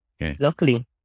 Luckily